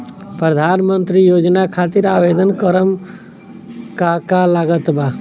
प्रधानमंत्री योजना खातिर आवेदन करम का का लागत बा?